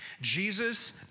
Jesus